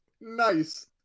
Nice